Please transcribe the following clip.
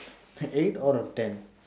eight out of ten